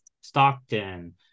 Stockton